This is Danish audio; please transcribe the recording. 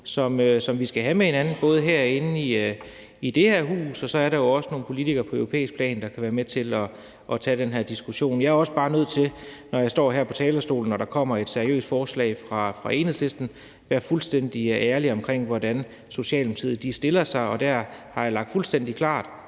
som vi skal have med hinanden i det her hus, og så er der jo også nogle politikere på europæisk plan, der kan være med til at tage den her diskussion. Men jeg er også bare nødt til, når jeg står her på talerstolen og der kommer et seriøst forslag fra Enhedslisten, at være fuldstændig ærlig om, hvordan Socialdemokratiet stiller sig, og der har jeg lagt fuldstændig klart